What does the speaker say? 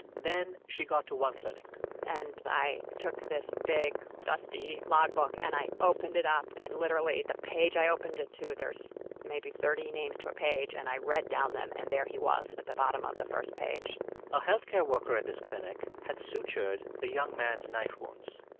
then she got to one clinic and i took this big, dusty logbook and i opened it up and literally the page i opened it to there's maybe thirty names to a page and i read down them, and there he was at the bottom of the first page a health care worker at this clinic had sutured the young man's knife wounds.